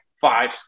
five